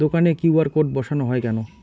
দোকানে QR code বসানো হয় কেন?